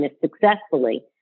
successfully